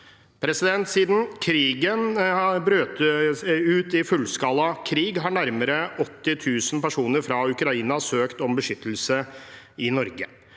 seg. Siden krigen brøt ut i fullskala krig, har nærmere 80 000 personer fra Ukraina søkt om beskyttelse i Norge.